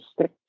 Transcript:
stick